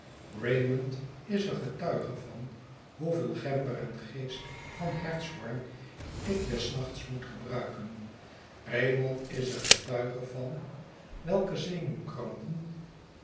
raymond is er getuige van hoeveel gember en geest van hertshoorn ik des nachts moet gebruiken raymond is er getuige van welke